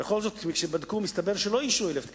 ובכל זאת כשבדקו הסתבר שלא אישרו 1,000 תקנים,